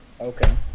Okay